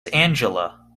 angela